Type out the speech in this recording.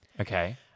Okay